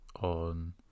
on